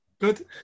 good